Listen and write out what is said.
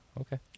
okay